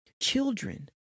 Children